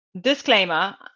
disclaimer